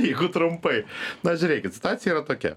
jeigu trumpai na žiūrėkit situacija yra tokia